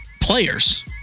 players